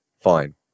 fine